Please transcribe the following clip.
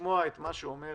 לשמוע את מה שאומר